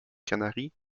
canaries